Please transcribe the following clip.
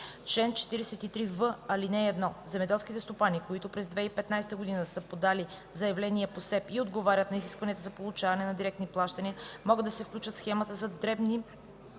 Чл. 43в. (1) Земеделските стопани, които през 2015 г. са подали заявление по СЕПП и отговарят на изискванията за получаване на директни плащания, могат да се включат в схемата за дребни